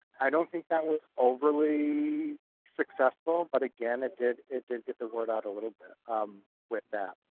i don't think that was overly successful, but again, it did it did get the word out a little bit um with that.